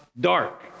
dark